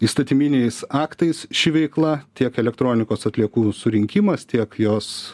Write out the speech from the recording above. įstatyminiais aktais ši veikla tiek elektronikos atliekų surinkimas tiek jos